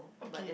okay